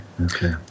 Okay